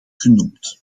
genoemd